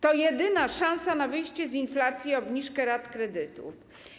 To jedyna szansa na wyjście z inflacji - obniżka rat kredytów.